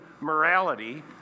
morality